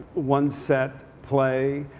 one set play